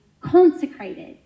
consecrated